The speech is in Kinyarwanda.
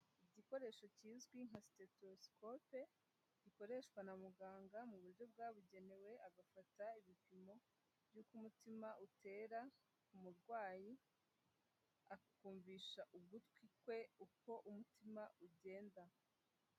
Igikoresho kizwi nka Stetosikope gikoreshwa na muganga mu buryo bwabugenewe agafata ibipimo by'uko umutima utera ku murwayi, akumvisha ugutwi kwe uko umutima ugenda.